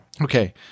Okay